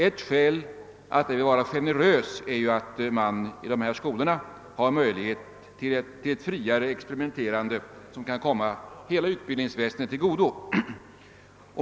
Ett skäl att vara generös är att man i dessa skolor har möjlighet till ett friare experimenterande som kan komma hela utbildningsväsendet till godo.